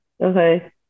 Okay